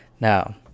Now